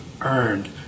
earned